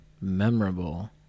memorable